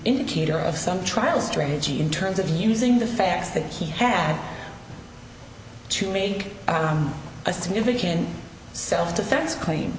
indicator of some trial strategy in terms of using the facts that he had to make a significant self defense claim